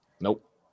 Nope